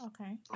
Okay